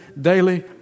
Daily